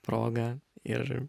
proga ir